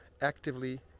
actively